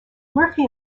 murphy